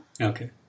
Okay